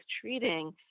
treating